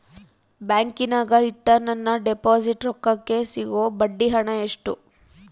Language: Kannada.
ಬ್ಯಾಂಕಿನಾಗ ಇಟ್ಟ ನನ್ನ ಡಿಪಾಸಿಟ್ ರೊಕ್ಕಕ್ಕೆ ಸಿಗೋ ಬಡ್ಡಿ ಹಣ ಎಷ್ಟು?